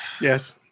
Yes